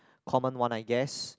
common one I guess